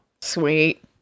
Sweet